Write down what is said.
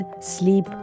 sleep